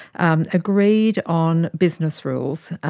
and agreed on business rules,